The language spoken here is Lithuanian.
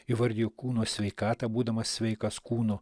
įvardiju kūno sveikatą būdamas sveikas kūnu